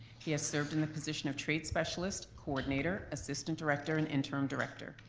he has served in the position of trade specialist coordinator, assistant director, and interim director.